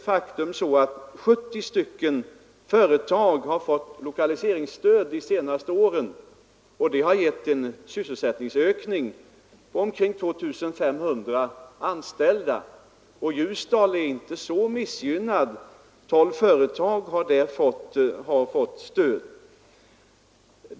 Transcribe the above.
Faktum är att 70 företag fått lokaliseringsstöd det senaste året, och det har gett en sysselsättningsökning på omkring 2 500 anställda. Ljusdal är inte så missgynnat — tolv företag där har fått lokaliseringsstöd.